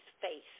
face